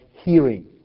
hearing